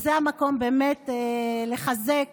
זה המקום באמת לחזק